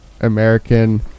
American